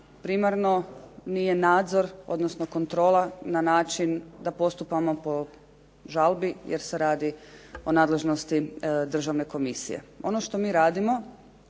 primarno nije nadzor odnosno kontrola na način da postupamo po žalbi, jer se radi o nadležnosti državne komisije. Ono što mi radimo